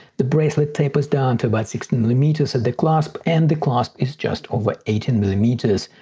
the bracelet tapers down to about sixteen millimeters at the clasp and the clasp is just over eighteen millimeters.